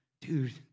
dude